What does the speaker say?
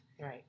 Right